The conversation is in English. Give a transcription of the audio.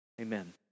Amen